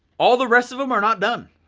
all the rest of them are not done.